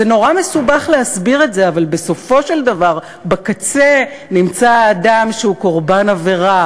המשטרה תישאר בידיים חשופות וערומות אל מול